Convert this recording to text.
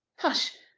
hush!